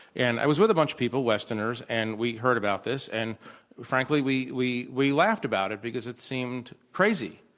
and i was with a bunch of people, westerners, and we heard about this. and frankly, we we laughed about it because it seemed crazy,